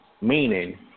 meaning